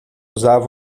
usava